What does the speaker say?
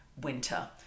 winter